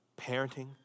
parenting